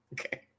Okay